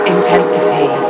Intensity